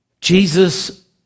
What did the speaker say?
Jesus